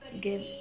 give